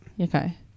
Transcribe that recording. Okay